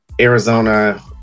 Arizona